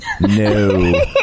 no